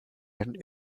end